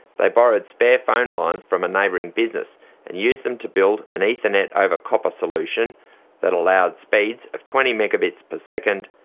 they borrowed spare phone lines from a neighbouring business and used them to build an ethernet-over-copper solution that allowed speeds of twenty megabits per second,